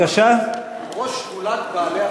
ראש שדולת בעלי-החיים בכנסת.